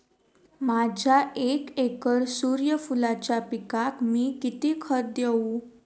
माझ्या एक एकर सूर्यफुलाच्या पिकाक मी किती खत देवू?